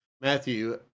Matthew